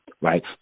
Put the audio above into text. right